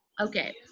Okay